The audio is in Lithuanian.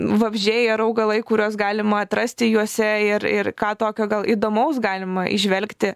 vabzdžiai ar augalai kuriuos galima atrasti juose ir ir ką tokio gal įdomaus galima įžvelgti